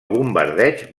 bombardeig